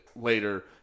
later